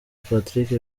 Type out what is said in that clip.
patrick